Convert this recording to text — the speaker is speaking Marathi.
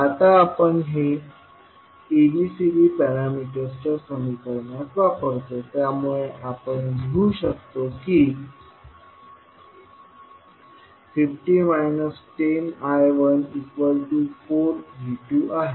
आता आपण हे ABCD पॅरामीटरच्या समीकरणात वापरतो त्यामुळे आपण काय लिहू शकतो की 50 10I14V2 आहे